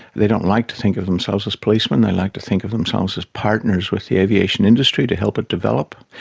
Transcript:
they don't like to think of themselves as policemen, they like to think of themselves as partners with the aviation industry to help it develop,